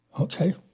okay